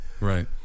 right